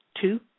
two